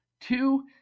Two